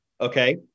Okay